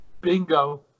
Bingo